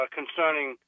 concerning